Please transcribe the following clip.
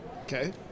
Okay